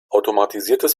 automatisiertes